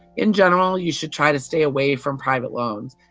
in general, you should try to stay away from private loans.